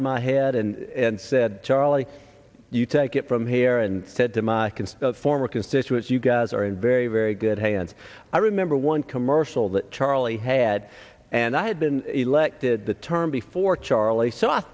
d my head and said charlie you take it from here and said to my can still former constituents you guys are in very very good hands i remember one commercial that charlie had and i had been elected the term before charlie so i